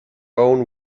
own